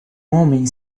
homem